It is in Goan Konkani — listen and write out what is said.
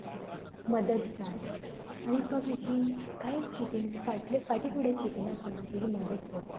मदत जाय आनी तो तुजी कांयच चितीन फाटले फाटी फुडें चितीन आसतना तुजी मदत करता